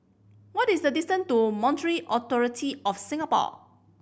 what is the distance to Monetary Authority Of Singapore